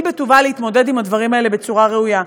בטובה להתמודד עם הדברים האלה בצורה ראויה.